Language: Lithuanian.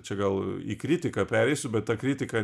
čia gal į kritiką pereisiu bet ta kritika